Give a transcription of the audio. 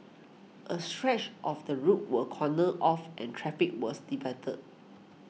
a stretch of the road was cordoned off and traffic was diverted